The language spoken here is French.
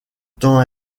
temps